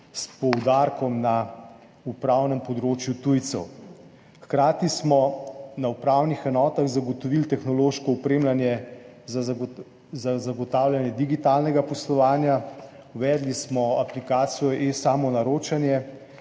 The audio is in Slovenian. s poudarkom na upravnem področju tujcev. Hkrati smo na upravnih enotah zagotovili tehnološko opremljanje za zagotavljanje digitalnega poslovanja, uvedli smo aplikacijo eSamonaročanje,